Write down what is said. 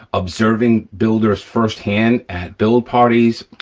observing builders firsthand at build parties,